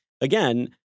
again